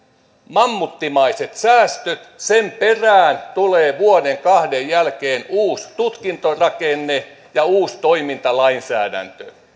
mammuttimaiset säästöt sen perään tulee vuoden kahden jälkeen uusi tutkintorakenne ja uusi toimintalainsäädäntö